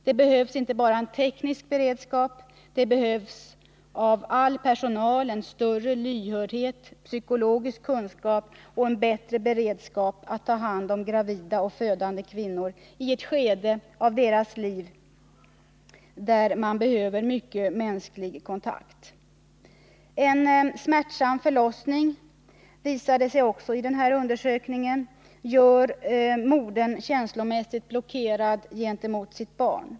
Det behövs inte bara en teknisk beredskap — det behövs av all personal större lyhördhet, psykologisk kunskap och en bättre beredskap att ta hand om gravida och födande kvinnor i ett skede av deras liv då de behöver mycket mänsklig kontakt. En smärtsam förlossning — det visade sig också i den här undersökningen - gör modern känslomässigt blockerad gentemot sitt barn.